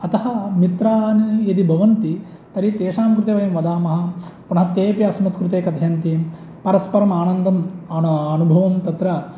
अतः मित्रान् यदि भवन्ति तर्हि तेषां कृते वयं वदामः पुनः तेऽपि अस्मत् कृते कथयन्ति परस्परम् आनन्दम् अण अनुभवं तत्र